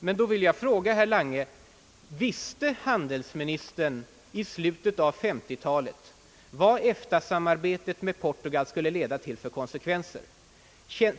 Men då vill jag fråga herr Lange: Visste handelsministern i slutet av 1950 talet vad EFTA-samarbetet med Portugal skulle få för konsekvenser?